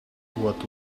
what